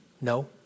No